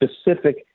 specific